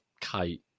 kite